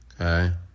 Okay